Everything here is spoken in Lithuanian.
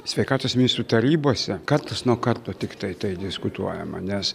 sveikatos ministrų tarybose kartas nuo karto tiktai tai diskutuojama nes